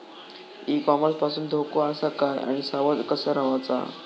E commerce पासून धोको आसा काय आणि सावध कसा रवाचा?